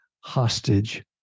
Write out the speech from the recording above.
hostage